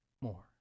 more